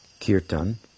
Kirtan